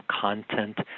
content